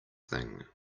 thing